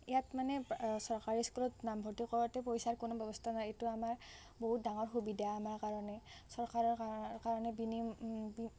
ইয়াত মানে চৰকাৰী স্কুলত নামভৰ্তি কৰোঁতে পইচাৰ কোনো ব্যৱস্থা নাই এইটো আমাৰ বহুত ডাঙৰ সুবিধা আমাৰ কাৰণে চৰকাৰৰ কাৰ কাৰণে